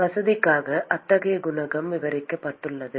வசதிக்காக அத்தகைய குணகம் விவரிக்கப்பட்டுள்ளது